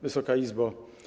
Wysoka Izbo!